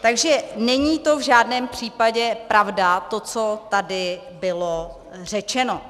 Takže není v žádném případě pravda to, co tady bylo řečeno.